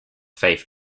faith